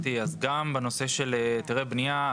של היתרי בנייה,